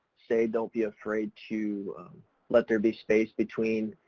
say don't be afraid to let there be space between,